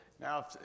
Now